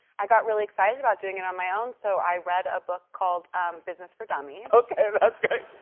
i got really excited about doing it on my own. so i read a book called business for dummies. okay, that's great.